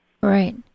Right